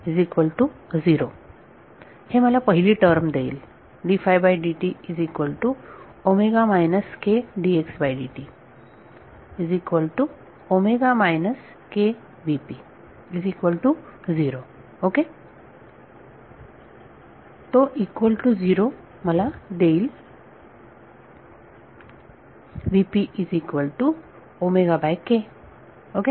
हे मला पहिली टर्म देईल ओके तो इक्वल टू 0 मला देईल ओके